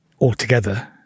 Altogether